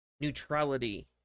neutrality